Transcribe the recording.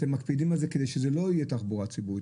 אתם מקפידים על כך כדי שזאת לא תהיה תחבורה ציבורית.